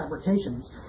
fabrications